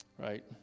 Right